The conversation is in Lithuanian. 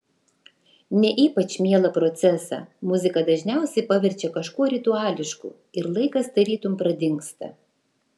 ne ypač mielą procesą muzika dažniausiai paverčia kažkuo rituališku ir laikas tarytum pradingsta